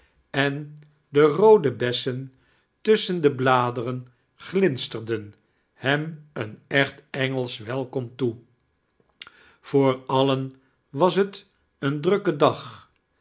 en de roode bessen tusschai de bladeren glinsterdein hem een echt engelscb welkom toe voor alien was bet een drukken dag